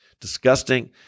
disgusting